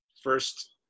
first